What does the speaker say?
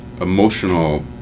emotional